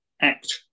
act